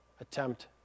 attempt